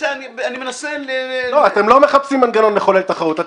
אתם לא מנסים לחפש מנגנון לחולל תחרות,